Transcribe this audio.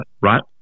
right